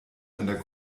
einer